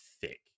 thick